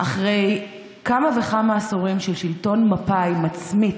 אחרי כמה וכמה עשורים של שלטון מפא"י מצמית,